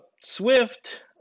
Swift